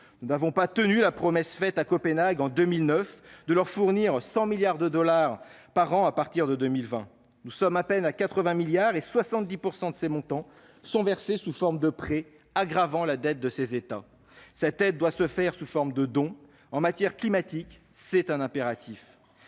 Nous n'avons pas tenu la promesse faite à Copenhague en 2009 de leur fournir 100 milliards de dollars par an à partir de 2020 ; nous sommes à peine parvenus à 80 milliards et 70 % de ces montants sont versés sous forme de prêts, aggravant la dette de ces États. Cette aide doit se faire sous forme de dons : en matière climatique, c'est un impératif.